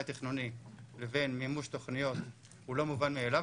מלאי תכנוני לבין מימוש תוכניות הוא לא מובן מאליו,